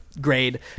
grade